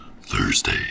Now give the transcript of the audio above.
Thursday